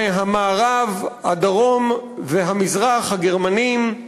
מהמערב, הדרום והמזרח הגרמנים,